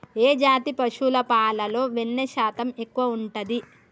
ఏ జాతి పశువుల పాలలో వెన్నె శాతం ఎక్కువ ఉంటది?